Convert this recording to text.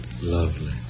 Lovely